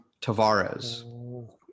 Tavares